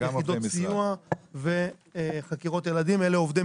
יחידות סיוע וחקירות ילדים.